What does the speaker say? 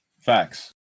Facts